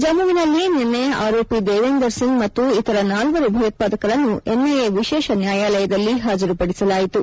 ಜಮ್ಮುವಿನಲ್ಲಿ ನಿನ್ನೆ ಆರೋಪಿ ದೇವೀಂದರ್ ಸಿಂಗ್ ಮತ್ತು ಇತರ ನಾಲ್ವರು ಭಯೋತ್ವಾದಕರನ್ನು ಎನ್ಐಎ ವಿಶೇಷ ನ್ಯಾಯಾಲಯದಲ್ಲಿ ಹಾಜರುಪದಿಸಲಾಯಿತು